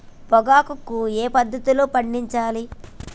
పొగాకు ఏ పద్ధతిలో పండించాలి?